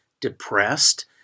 depressed